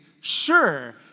sure